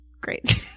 Great